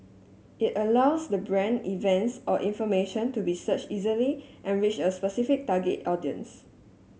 it allows the brand events or information to be searched easily and reach a specific target audience